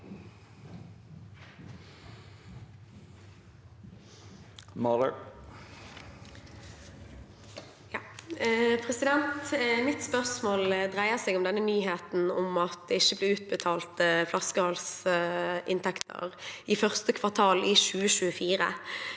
Mitt spørsmål dreier seg om nyheten om at det ikke blir utbetalt flaskehalsinntekter i første kvartal i 2024.